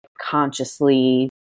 consciously